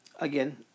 again